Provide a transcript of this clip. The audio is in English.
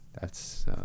That's-